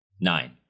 nine